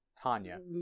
Tanya